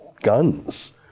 guns